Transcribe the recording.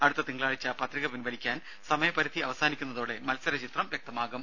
അടുത്ത തിങ്കളാഴ്ച പത്രിക പിൻവലിക്കാൻ സമയപരിധി തീരുന്നതോടെ മത്സര ചിത്രം വ്യക്തമാകും